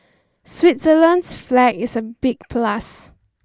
Switzerland's flag is a big plus